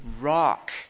rock